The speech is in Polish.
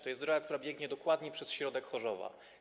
To jest droga, która biegnie dokładnie przez środek Chorzowa.